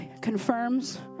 confirms